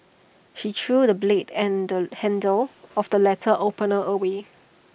she threw the blade and handle of the letter opener away